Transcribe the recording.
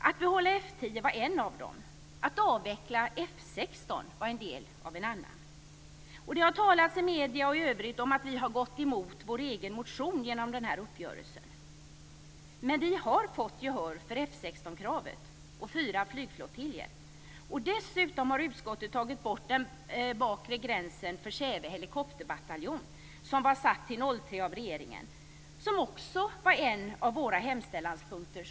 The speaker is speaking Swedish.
Att behålla F 10 var en av dem. Att avveckla F 16 var en del av en annan. Det har talats i bl.a. medierna om att vi har gått emot vår egen motion genom den här uppgörelsen. Men vi har fått gehör för F 16-kravet och kravet om fyra flygflottiljer. Dessutom har utskottet tagit bort den bakre gränsen för Säve helikopterbataljon, som var satt till 2003 av regeringen. Det var också en av våra hemställanspunkter.